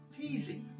peasy